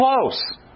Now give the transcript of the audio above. close